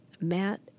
matt